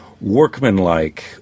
workmanlike